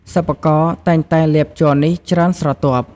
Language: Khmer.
សិប្បករ តែងតែលាបជ័រនេះច្រើនស្រទាប់។